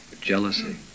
jealousy